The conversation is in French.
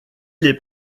les